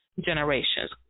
generations